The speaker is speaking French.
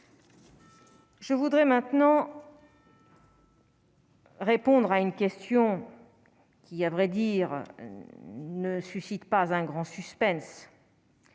Je voudrais maintenant. Répondre à une question qui, à vrai dire, ne suscitent pas un grand suspense.